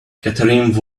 catherine